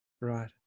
Right